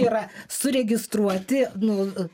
yra suregistruoti nu